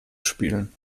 spielen